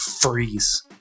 freeze